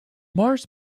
mars